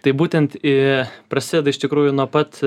tai būtent ir prasideda iš tikrųjų nuo pat